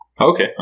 Okay